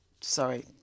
Sorry